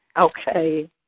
Okay